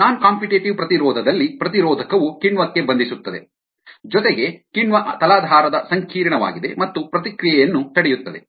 ನಾನ್ competitive ಪ್ರತಿರೋಧದಲ್ಲಿ ಪ್ರತಿರೋಧಕವು ಕಿಣ್ವಕ್ಕೆ ಬಂಧಿಸುತ್ತದೆ ಜೊತೆಗೆ ಕಿಣ್ವ ತಲಾಧಾರದ ಸಂಕೀರ್ಣವಾಗಿದೆ ಮತ್ತು ಪ್ರತಿಕ್ರಿಯೆಯನ್ನು ತಡೆಯುತ್ತದೆ